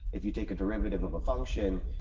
if you take a derivative of a function,